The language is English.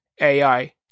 AI